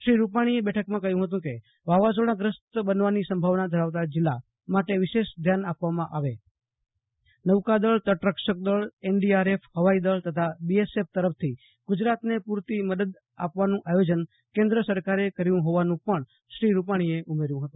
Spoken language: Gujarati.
શ્રી રૂપાણીએ બેઠકમાં કહ્યું હતું કે વાવાઝોડાગ્રસ્ત બનવાની સંભાવના ધરાવતા જિલ્લા માટે વિશેષ ધ્યાન આપવામાં આવે નૌકાદળ તટરક્ષક દળ એનડીઆરએફ હવાઈદળ તથા બીએસએફ તરફથી ગુજરાતને પુરતી મદદ આપવાનું આયોજન કેન્દ્ર સરકારે કર્યું હોવાનું પણ શ્રી રૂપાણીએ જણાવ્યું હતું